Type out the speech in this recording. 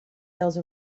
those